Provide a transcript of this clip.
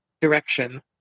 direction